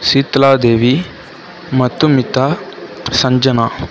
Seethaladevi Madhumitha Sanjana